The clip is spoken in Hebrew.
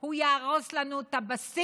הוא יהרוס לנו את הבסיס